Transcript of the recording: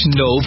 no